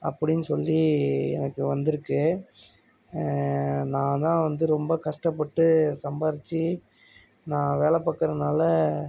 அப்படினு சொல்லி எனக்கு வந்துருக்குது நான்தான் வந்து ரொம்ப கஷ்டப்பட்டு சம்பாதிச்சி நான் வேலை பார்க்கறதுனால